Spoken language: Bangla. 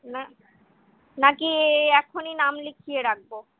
না না কি এখনই নাম লিখিয়ে রাখব